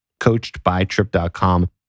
coachedbytrip.com